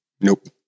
Nope